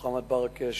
מוחמד ברכה,